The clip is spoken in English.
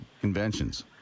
conventions